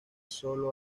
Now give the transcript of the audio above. solo